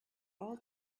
all